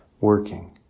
working